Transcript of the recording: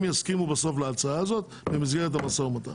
בסוף יסכימו להצעה הזאת במסגרת המשא ומתן.